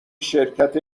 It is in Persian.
شرکت